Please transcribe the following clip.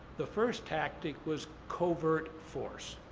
the first tactic was covert force.